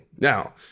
now